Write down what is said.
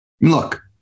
Look